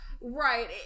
Right